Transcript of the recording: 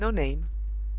no name.